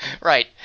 Right